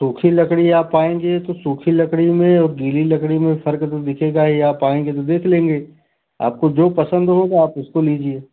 सूखी लकड़ी आप आएँगे तो सूखी लकड़ी में और गीली लकड़ी में फ़र्क़ तो दिखेगा ही आप आएँगे तो देख लेंगे आपको जो पसंद होगा आप उसको लीजिए